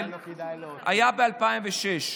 הייתה ב-2006.